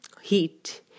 heat